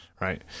Right